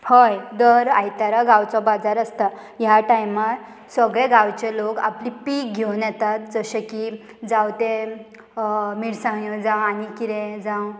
हय दर आयतारा गांवचो बाजार आसता ह्या टायमार सगळे गांवचे लोक आपली पीक घेवन येतात जशे की जावं ते मिरसांगो जावं आनी कितें जावं